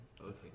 Okay